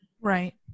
Right